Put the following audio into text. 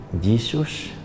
Jesus